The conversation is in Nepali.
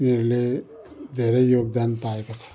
यिनीहरूले धेरै योगदान पाएको छ